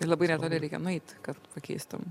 ir labai netoli reikia nueit kad pakeistumei